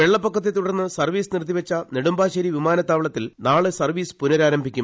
വെള്ളപ്പൊക്കത്തെത്തടുർന്ന് service നിർത്തിവെച്ച നെടുമ്പാശ്ശേരി വിമാനത്താവളത്തിൽ നാളെ സർവ്വീസ് പുനരാരംഭിക്കും